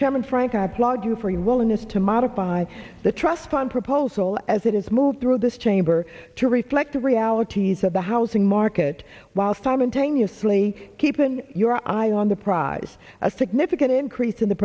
chairman frank i applaud you for your willingness to modify the trust fund proposal as it is move through this chamber to reflect the realities of the housing market while simultaneously keeping your eye on the prize a significant increase in the